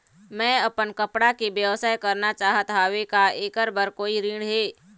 मैं अपन कपड़ा के व्यवसाय करना चाहत हावे का ऐकर बर कोई ऋण हे?